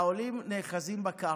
העולים נאחזים בקרקע,